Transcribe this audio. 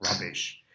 rubbish